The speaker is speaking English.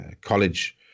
college